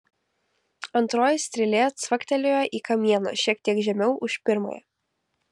antroji strėlė cvaktelėjo į kamieną šiek tiek žemiau už pirmąją